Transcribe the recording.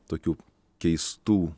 tokių keistų